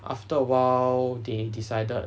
after a while they decided